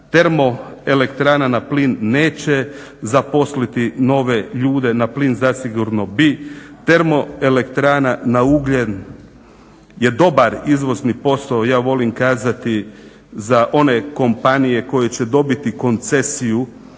Termoelektrana na plin neće zaposliti nove ljude, na plin zasigurno bi. Termoelektrana na ugljen je dobar izvozni posao, ja volim kazati za one kompanije koje će dobiti koncesiju